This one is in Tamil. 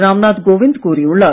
ராம் நாத் கோவிந்த் கூறியுள்ளார்